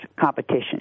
competition